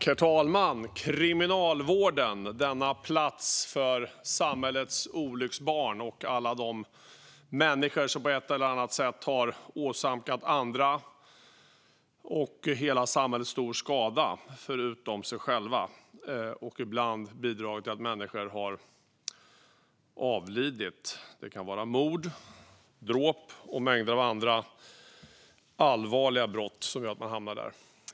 Herr talman! Kriminalvården, denna plats för samhällets olycksbarn och för alla de människor som på ett eller annat sätt har åsamkat andra och hela samhället stor skada, förutom sig själva. Och ibland har de bidragit till att människor har avlidit. Det kan vara mord, dråp och mängder av andra allvarliga brott som gör att de hamnar där.